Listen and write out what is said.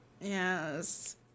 Yes